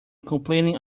completing